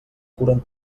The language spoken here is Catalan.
curen